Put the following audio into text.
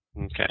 Okay